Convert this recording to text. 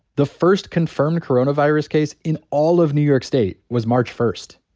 the first confirmed coronavirus case in all of new york state was march first.